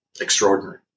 extraordinary